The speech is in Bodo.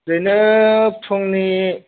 बेनो फुंनि